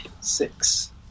six